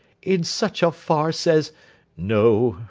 in such a farce as no,